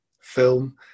film